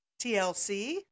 TLC